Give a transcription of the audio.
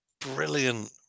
brilliant